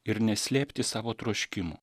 ir neslėpti savo troškimų